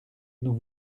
nous